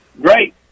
Great